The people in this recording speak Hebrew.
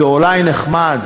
זה אולי נחמד,